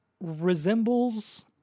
resembles